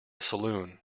saloon